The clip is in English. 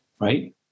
right